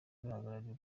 bahagarariye